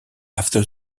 after